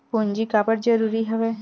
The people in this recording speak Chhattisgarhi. पूंजी काबर जरूरी हवय?